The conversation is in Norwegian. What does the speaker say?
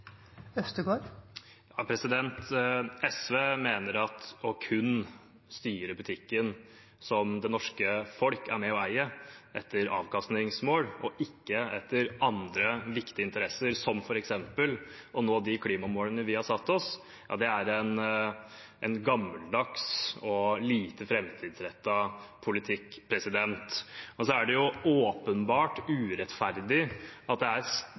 SV mener at å styre butikken som det norske folk er med på å eie, kun etter avkastningsmål og ikke etter andre viktige interesser, som f.eks. å nå de klimamålene vi har satt oss, er en gammeldags og lite framtidsrettet politikk. Det er også åpenbart urettferdig at det er